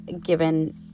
given